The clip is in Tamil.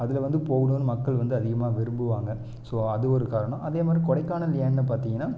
அதில் வந்து போகணுன்னு மக்கள் வந்து அதிகமாக விரும்புவாங்க ஸோ அது ஒரு காரணம் அதே மாரி கொடைக்கானல் ஏன்னு பார்த்திங்கன்னா